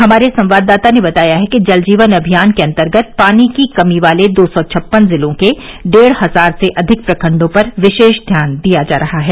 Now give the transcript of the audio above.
हमारे संवाददाता ने बताया है कि जल जीवन अभियान के अंतर्गत पानी की कमी वाले दो सौ छप्पन जिलों के डेढ़ हजार से अधिक प्रखण्डों पर विशेष ध्यान दिया जा रहा है